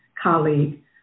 colleague